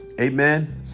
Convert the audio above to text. Amen